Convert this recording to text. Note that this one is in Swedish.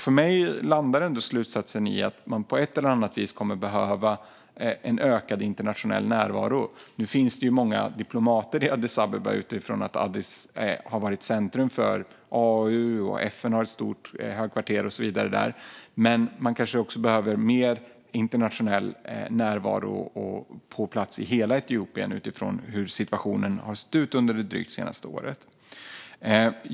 För mig landar ändå slutsatsen i att man på ett eller annat vis kommer att behöva en ökad internationell närvaro. Nu finns det många diplomater i Addis Abeba utifrån att det har varit centrum för AU, att FN har ett stort högkvarter där och så vidare. Men man kanske behöver mer internationell närvaro på plats i hela Etiopien utifrån hur situationen har sett ut under det drygt senaste året.